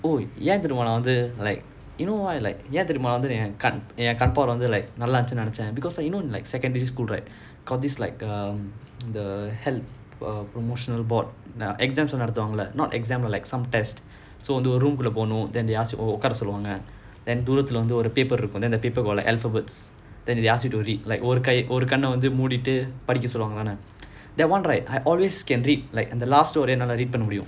oh ஏன் தெரியும் ஆனால் வந்து:yaen theriyum aanaal vanthu like you know why like ஏன் தெரியுமா வந்து ஏன் கண் பார்வை நல்லா இருந்துச்சின்னு நினைச்சேன்:yaen teriyumaa vanthu yaen kann paarvai nallaa irunthuchinu ninaichaen because like you know like secondary school right got this like um the health promotional board ah நடத்துவாங்களா:nadathuvaangalaa not exam uh some test so room குள்ள போனும்:kulla ponum then they ask you உக்கார சொல்லுவாங்க:ukkaara solluvaanga then the paper got like alphabets then they ask you to read ஒரு கண்ணே மூடிட்டு படிக்க சொல்லுவாங்க தான:oru kannae mudittu padikka soluvaanga thaana that [one] right I always can read like and the last என்னலாம் எப்போமே படிக்க முடியும்:ennalaam eppomae padikka mudiyum